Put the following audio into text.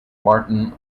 martin